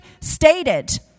stated